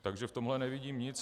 Takže v tomhle nevidím nic.